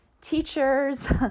teachers